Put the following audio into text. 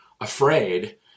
afraid